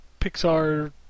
Pixar